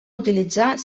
utilitzar